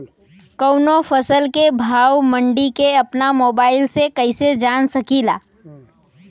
कवनो फसल के भाव मंडी के अपना मोबाइल से कइसे जान सकीला?